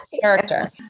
character